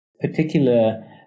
particular